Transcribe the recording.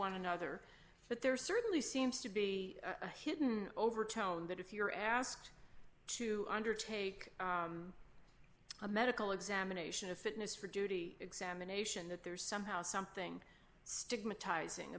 one another but there certainly seems to be a hidden overtone that if you're asked to undertake a medical examination of fitness for duty examination that there's somehow something stigmatizing